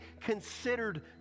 considered